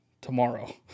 tomorrow